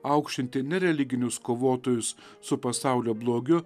aukštinti ne religinius kovotojus su pasaulio blogiu